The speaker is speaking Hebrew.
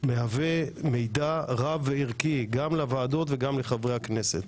מהווה מידע רב וערכי גם לוועדות וגם לחברי הכנסת.